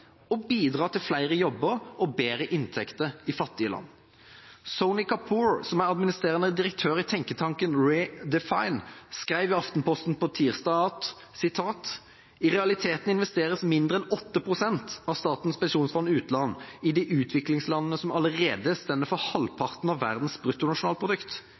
og bidra til flere jobber og bedre inntekter i fattige land. Sony Kapoor, som er administrerende direktør i tenketanken Re-Define, skrev i Aftenposten på tirsdag: «I realiteten investeres mindre enn 8 prosent av Statens pensjonsfond utland i de utviklingslandene som allerede står for halvparten av verdens bruttonasjonalprodukt